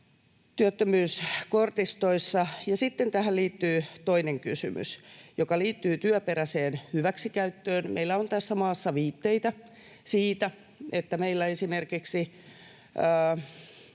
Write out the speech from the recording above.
työttömyyskortistoissa. Ja sitten tähän liittyy toinen kysymys, joka liittyy työperäiseen hyväksikäyttöön. Meillä on tässä maassa viitteitä siitä, että meille esimerkiksi